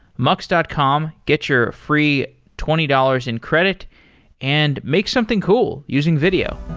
mux dot com. get your free twenty dollars in credit and make something cool using video.